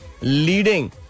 leading